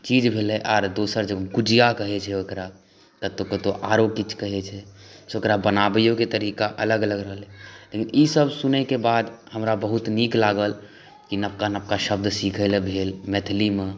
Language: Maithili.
चीज भेलै आर गुजिया कहै छै ओकरा कतहु कतहु आरो किछु कहै छै से ओकरा बनाबैयो के तरीका अलग अलग रहलै ई सब सुनयके बाद हमरा बहुत नीक लागल कि नबका नबका शब्द सीखयलए भेल मैथिलीमे